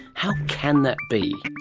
how can that be?